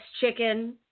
Chicken